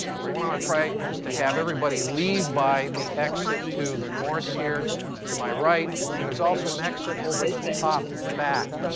so what i'm going to try is to have everybody leave by the exit to the north here to my right, and there's also an exit over the top back.